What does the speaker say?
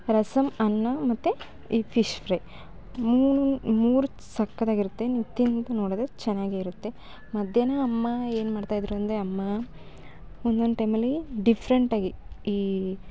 ರಸಮ್ ಅನ್ನ ಮತ್ತು ಈ ಫಿಶ್ ಫ್ರೈ ಮೂನುನ್ ಮೂರು ಸಕ್ಕತ್ತಾಗಿರುತ್ತೆ ನೀವು ತಿಂದು ನೋಡಿದ್ರೆ ಚೆನ್ನಾಗೆ ಇರುತ್ತೆ ಮಧ್ಯಾಹ್ನ ಅಮ್ಮ ಏನು ಮಾಡ್ತಾಯಿದ್ರು ಅಂದರೆ ಅಮ್ಮಾ ಒಂದೊಂದು ಟೈಮಲ್ಲಿ ಡಿಫ್ರೆಂಟಾಗಿ ಈ